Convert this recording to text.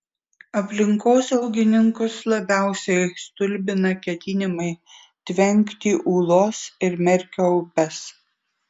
aplinkosaugininkus labiausiai stulbina ketinimai tvenkti ūlos ir merkio upes